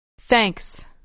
Thanks